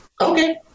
okay